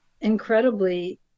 incredibly